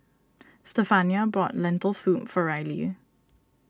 Stephania bought Lentil Soup for Reilly